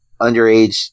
underage